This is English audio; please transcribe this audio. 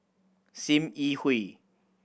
Sim Yi Hui